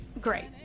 great